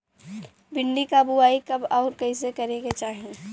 भिंडी क बुआई कब अउर कइसे करे के चाही?